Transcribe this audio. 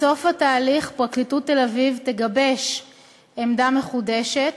בסוף התהליך, פרקליטות תל-אביב תגבש עמדה מחודשת,